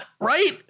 Right